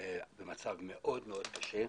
במצב מאוד מאוד קשה.